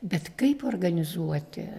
bet kaip organizuoti